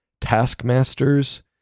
taskmasters